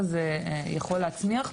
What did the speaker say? בסדר גמור, אני אטמיע.